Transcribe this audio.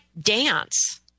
dance